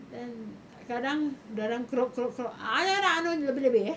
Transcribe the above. then kadang-kadang dia orang jangan nak anuh lebih-lebih eh